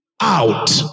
out